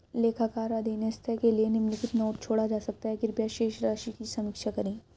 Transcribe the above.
लेखाकार अधीनस्थ के लिए निम्नलिखित नोट छोड़ सकता है कृपया शेष राशि की समीक्षा करें